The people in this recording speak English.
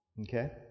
okay